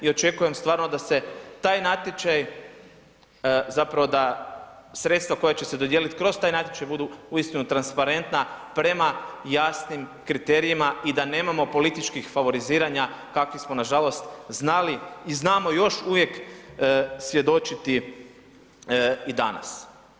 I očekujem stvarno da se taj natječaj zapravo da sredstva koja će se dodijeliti kroz taj natječaj budu uistinu transparentna prema jasnim kriterijima i da nemamo političkih favoriziranja kakvih smo nažalost znali i znamo još uvijek svjedočiti i danas.